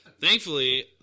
Thankfully